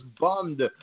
bummed